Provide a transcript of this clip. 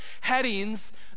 headings